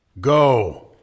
Go